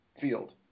field